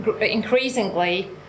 increasingly